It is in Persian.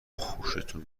خوشتون